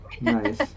Nice